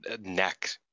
neck